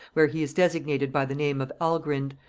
where he is designated by the name of algrind,